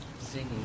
singing